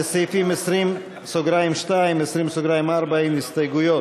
לסעיפים 20(2) 20(4) אין הסתייגויות.